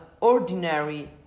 ordinary